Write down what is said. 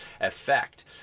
effect